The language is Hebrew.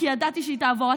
כי ידעתי שהיא תעבור.